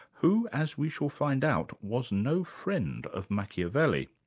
who, as we shall find out, was no friend of machiavelli.